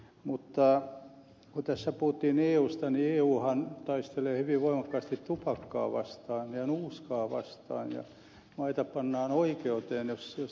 mutta kun tässä puhuttiin eusta niin euhan taistelee hyvin voimakkaasti tupakkaa ja nuuskaa vastaan ja maita pannaan oikeuteen jos ne rikkovat sääntöjä